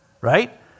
right